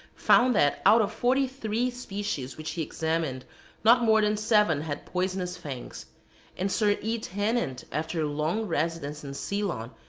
found that out of forty-three species which he examined not more than seven had poisonous fangs and sir e. tennent, after a long residence in ceylon,